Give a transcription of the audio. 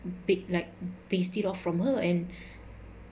big black pasty off from her and